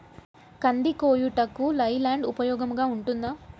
కంది కోయుటకు లై ల్యాండ్ ఉపయోగముగా ఉంటుందా?